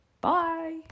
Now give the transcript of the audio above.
Bye